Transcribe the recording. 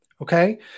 Okay